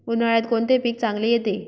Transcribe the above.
उन्हाळ्यात कोणते पीक चांगले येते?